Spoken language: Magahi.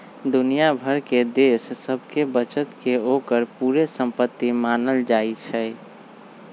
दुनिया भर के देश सभके बचत के ओकर पूरे संपति मानल जाइ छइ